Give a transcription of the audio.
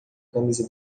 camisa